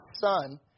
son